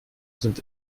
sind